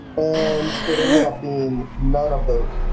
and it ended up being none of those